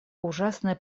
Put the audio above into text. ужасные